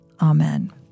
Amen